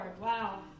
Wow